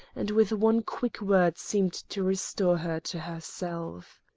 and with one quick word seemed to restore her to herself.